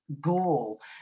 goal